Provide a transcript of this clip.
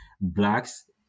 Blacks